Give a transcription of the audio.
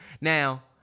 Now